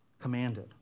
commanded